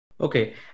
Okay